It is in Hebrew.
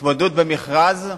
התמודדות במכרז,